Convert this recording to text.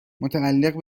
متعلق